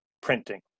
printing